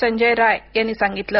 संजय राय यांनी सांगितलं